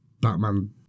Batman